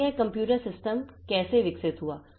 तो यह computer system कैसे विकसित हुआ